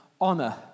honor